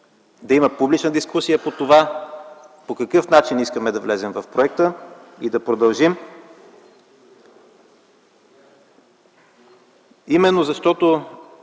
да има публична дискусия по това по какъв начин искаме да влезем в проекта и да продължим, именно защото